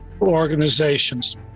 organizations